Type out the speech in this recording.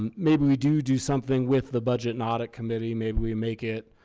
um maybe we do do something with the budget and audit committee. maybe we make it